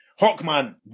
Hawkman